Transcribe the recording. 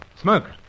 Smoke